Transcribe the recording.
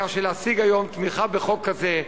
כך שלהשיג היום תמיכה בחוק כזה,